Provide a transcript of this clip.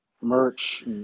merch